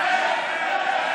לך.